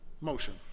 motion